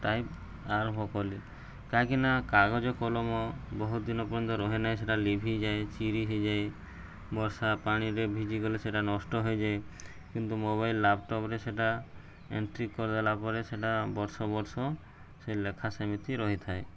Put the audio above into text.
type ଆରମ୍ଭ କଲି କାହିଁକିନା କାଗଜ କଲମ ବହୁତ ଦିନ ପର୍ଯ୍ୟନ୍ତ ରହେ ନାହିଁ ସେଟା ଲିଭି ଯାଏ ଚିରି ହେଇଯାଏ ବର୍ଷା ପାଣିରେ ଭିଜିଗଲେ ସେଟା ନଷ୍ଟ ହେଇଯାଏ କିନ୍ତୁ ମୋବାଇଲ୍ ଲାପ୍ଟପ୍ରେ ସେଟା ଏଣ୍ଟ୍ରି କରିଦେଲା ପରେ ସେଟା ବର୍ଷ ବର୍ଷ ସେ ଲେଖା ସେମିତି ରହିଥାଏ